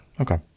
Okay